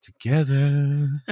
together